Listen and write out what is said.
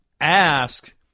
ask